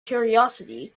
curiosity